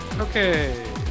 Okay